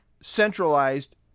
centralized